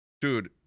dude